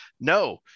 no –